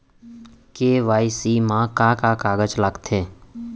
KYC मा का का कागज लगथे?